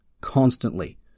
constantly